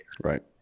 right